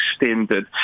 extended